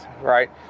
right